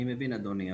אני מבין אדוני.